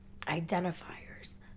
identifiers